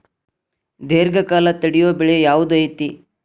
ದೇರ್ಘಕಾಲ ತಡಿಯೋ ಬೆಳೆ ಯಾವ್ದು ಐತಿ?